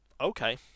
Okay